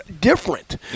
different